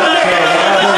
מה עונה?